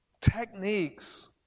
techniques